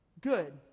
Good